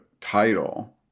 title